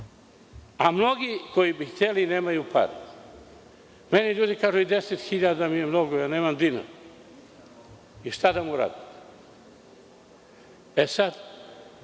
a mnogi koji bi hteli, nemaju para. Meni ljudi kažu – i deset hiljada mi je mnogo, jer nemam dinara. Šta da mu radim? Ima